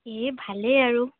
এই ভালেই আৰু